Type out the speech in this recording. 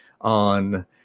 on